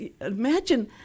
imagine